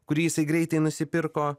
kurį jisai greitai nusipirko